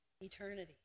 eternity